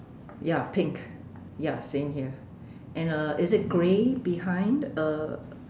ya pink ya same here and uh is it grey behind uh